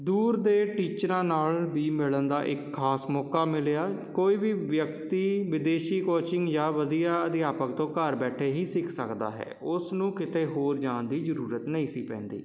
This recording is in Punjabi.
ਦੂਰ ਦੇ ਟੀਚਰਾਂ ਨਾਲ ਵੀ ਮਿਲਣ ਦਾ ਇੱਕ ਖਾਸ ਮੌਕਾ ਮਿਲਿਆ ਕੋਈ ਵੀ ਵਿਅਕਤੀ ਵਿਦੇਸ਼ੀ ਕੋਚਿੰਗ ਜਾਂ ਵਧੀਆ ਅਧਿਆਪਕ ਤੋਂ ਘਰ ਬੈਠੇ ਹੀ ਸਿੱਖ ਸਕਦਾ ਹੈ ਉਸ ਨੂੰ ਕਿਤੇ ਹੋਰ ਜਾਣ ਦੀ ਜ਼ਰੂਰਤ ਨਹੀਂ ਸੀ ਪੈਂਦੀ